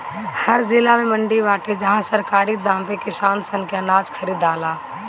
हर जिला में मंडी बाटे जहां सरकारी दाम पे किसान सन के अनाज खरीदाला